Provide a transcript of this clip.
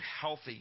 healthy